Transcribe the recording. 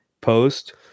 post